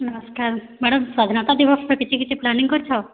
ନମସ୍କାର୍ ମ୍ୟାଡ଼ାମ୍ ସ୍ୱାଧୀନତା ଦିବସ୍ରେ କିଛି କିଛି ପ୍ଲାନିଙ୍ଗ୍ କରିଛ